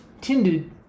tended